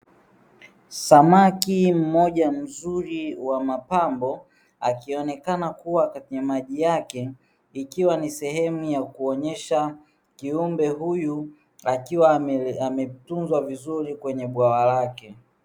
Samaki mmoja mzuri wa mapambo, akionekana kuwa kwenye maji yake. ikiwa ni sehemu ya kuonesha kiumbe huyu akiwa ametunzwa vizuri kwenye bwawa lake.